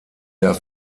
der